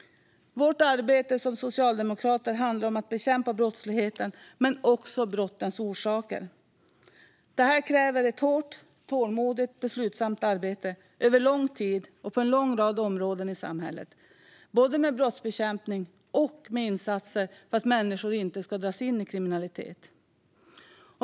Vårt arbete som socialdemokrater handlar om att bekämpa brottsligheten men också brottens orsaker. Det här kräver ett hårt, tålmodigt och beslutsamt arbete över lång tid och på en lång rad områden i samhället, både med brottsbekämpning och med insatser för att människor inte ska dras in i kriminalitet.